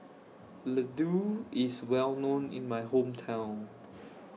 Ladoo IS Well known in My Hometown